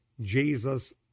Jesus